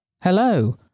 Hello